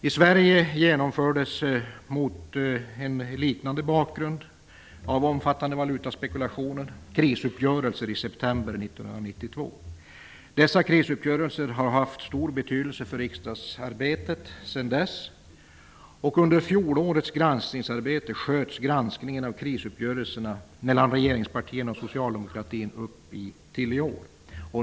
I Sverige genomfördes mot en liknande bakgrund av omfattande valutaspekulationer krisuppgörelser i september 1992. Dessa krisuppgörelser har haft stor betydelse för riksdagsarbetet sedan dess. Under fjolårets granskningsarbete sköts granskningen av krisuppgörelserna mellan regeringspartierna och Socialdemokraterna till i år.